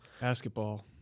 Basketball